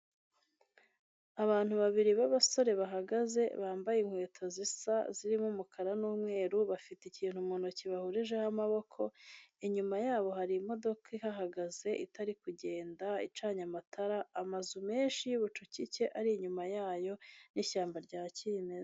Abantu babiri b'abasore bahagaze bambaye inkweto zisa zirimo umukara n'umweru bafite ikintu mu ntoki bahurijeho amaboko, inyuma yabo hari imodoka ihahagaze itari kugenda, icanye amatara, amazu menshi y'ubucucike ari inyuma yayo n'ishyamba rya kimeza.